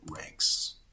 ranks